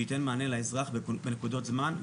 שייתן מענה לאזרח בנקודות זמן.